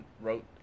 wrote